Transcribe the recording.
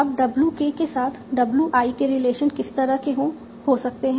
अब w k के साथ w i के रिलेशन किस तरह के हो सकते हैं